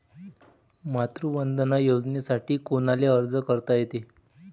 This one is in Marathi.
मातृवंदना योजनेसाठी कोनाले अर्ज करता येते?